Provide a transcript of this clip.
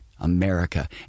America